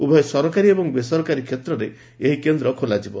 ଉଭୟ ସରକାରୀ ଏବଂ ବେସରକାରୀ କ୍ଷେତ୍ରରେ ଏହି କେନ୍ଦ୍ର ଖୋଲାଯିବ